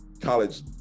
college